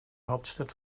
hauptstadt